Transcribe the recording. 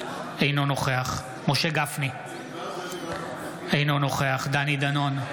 אינו נוכח משה גפני, אינו נוכח דני דנון,